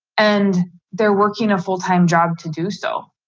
and they're working a full time job to do so.